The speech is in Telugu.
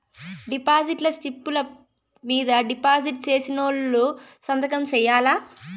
డిపాజిట్ స్లిప్పులు మీద డిపాజిట్ సేసినోళ్లు సంతకం సేయాల్ల